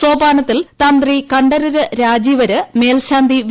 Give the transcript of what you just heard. സോപാനത്തിൽ തന്ത്രി കണ്ഠരര് രാജീവര് മേൽശാന്തി വി